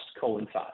coincide